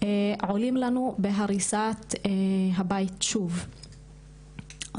עולים לנו בהריסת הבית שוב...",